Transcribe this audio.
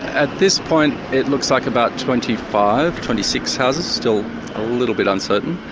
at this point, it looks like about twenty five, twenty six houses still a little bit uncertain.